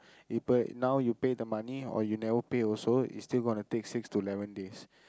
இப்ப:ippa now you pay the money or you never pay also it's still gonna take six to eleven days